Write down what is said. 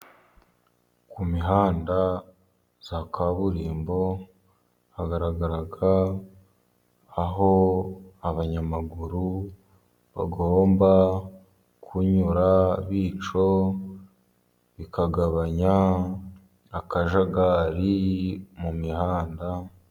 Ku mihanda ya kaburimbo, hagaragara aho abanyamaguru bagomba kunyura, bityo bikagabanya akajagari mu mihanda.